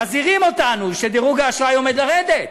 מזהירים אותנו שדירוג האשראי עומד לרדת.